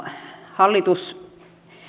hallitus